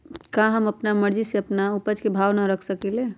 का हम अपना मर्जी से अपना उपज के भाव न रख सकींले?